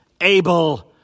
Abel